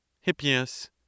Hippias